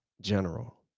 general